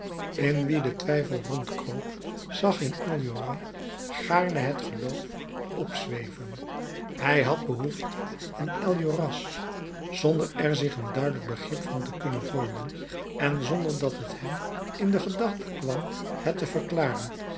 in wien de twijfel rondkroop zag in enjolras gaarne het geloof opzweven hij had behoefte aan enjolras zonder er zich een duidelijk begrip van te kunnen vormen en zonder dat het hem in de gedachte kwam het te verklaren